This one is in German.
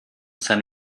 sein